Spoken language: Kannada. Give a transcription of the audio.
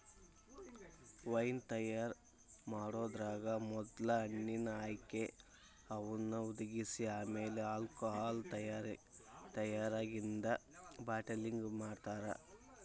ವೈನ್ ತಯಾರ್ ಮಾಡೋದ್ರಾಗ ಮೊದ್ಲ ಹಣ್ಣಿನ ಆಯ್ಕೆ, ಅವನ್ನ ಹುದಿಗಿಸಿ ಆಮೇಲೆ ಆಲ್ಕೋಹಾಲ್ ತಯಾರಾಗಿಂದ ಬಾಟಲಿಂಗ್ ಮಾಡ್ತಾರ